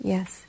Yes